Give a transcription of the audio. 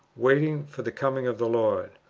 waiting for the coming of the lord,